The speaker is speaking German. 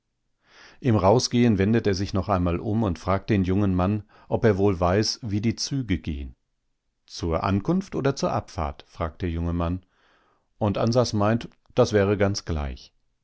im rausgehen wendet er sich noch einmal um und fragt den jungen mann ob er wohl weiß wie die züge gehen zur ankunft oder zur abfahrt fragt der junge mann und ansas meint das wäre ganz gleich